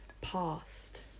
past